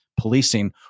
policing